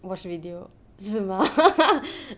watch video 是吗